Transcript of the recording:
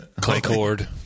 Claycord